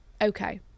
Okay